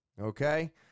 Okay